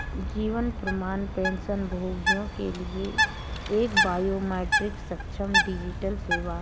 जीवन प्रमाण पेंशनभोगियों के लिए एक बायोमेट्रिक सक्षम डिजिटल सेवा है